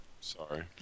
Sorry